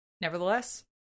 nevertheless